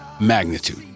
magnitude